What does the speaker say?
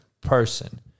person